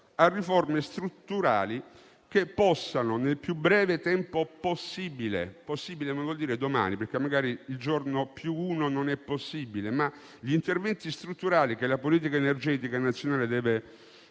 a riforme strutturali che incidano nel più breve tempo possibile (il che non vuol dire domani, perché magari il giorno dopo non è possibile). Gli interventi strutturali che la politica energetica nazionale deve